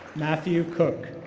matthew cook.